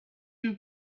two